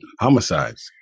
homicides